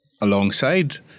alongside